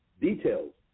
Details